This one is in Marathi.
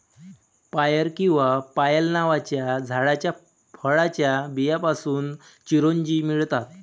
पायर किंवा पायल नावाच्या झाडाच्या फळाच्या बियांपासून चिरोंजी मिळतात